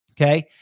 Okay